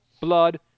blood